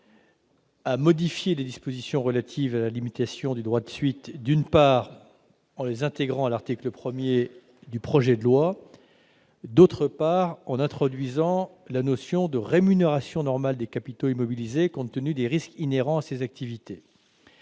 a modifié les dispositions relatives à la limitation du droit de suite, d'une part, en les intégrant à l'article 1 du projet de loi et, d'autre part, en introduisant la notion de « rémunération normale des capitaux immobilisés compte tenu des risques inhérents à ces activités